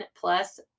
plus